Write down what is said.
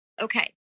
okay